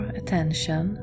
attention